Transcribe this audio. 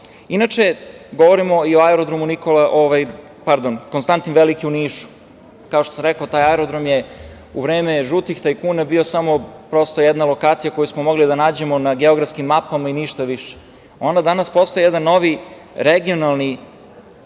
govorimo i o aerodromu „Konstantin Veliki“ u Nišu. Kao što sam rekao, taj aerodrom je u vreme žutih tajkuna bio samo jedna lokacija koju smo mogli da nađemo na geografskim mapama i ništa više. Ona danas postaje jedan novi regionalni